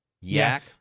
Yak